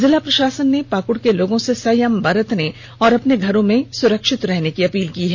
जिला प्रषासन ने पाकुड़ के लोगों से संयम बरतने और अपने घरों में सुरक्षित रहने की अपील की है